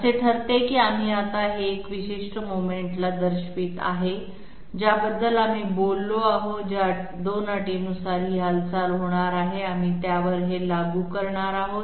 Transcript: असे ठरते की आम्ही आता हे एका विशिष्ट मोमेंट ला दर्शवित आहे ज्याबद्दल आम्ही बोललो आहोत ज्या 2 अटींनुसार ही हालचाल होणार आहे आम्ही त्यावर हे लागू करणार आहोत